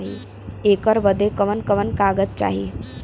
ऐकर बदे कवन कवन कागज चाही?